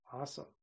Awesome